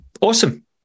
awesome